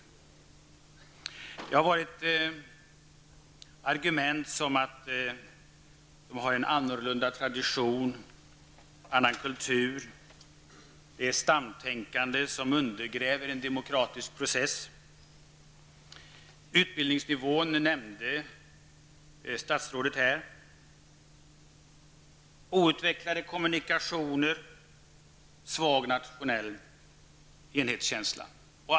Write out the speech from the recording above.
Argumenten har varit att de har en annorlunda tradition, annan kultur, att stamtänkande undergräver en demokratisk process, utbildningsnivån, som statsrådet nämnde, outvecklade kommunikationer och svag nationell enhetskänsla.